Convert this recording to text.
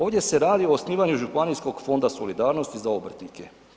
Ovdje se radi o osnivanju županijskog fonda solidarnosti za obrtnike.